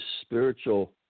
spiritual